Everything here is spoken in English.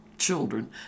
Children